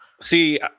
See